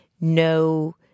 no